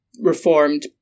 reformed